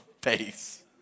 face